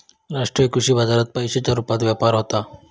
राष्ट्रीय कृषी बाजारात पैशांच्या रुपात व्यापार होता